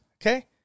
okay